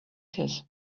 his